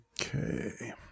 Okay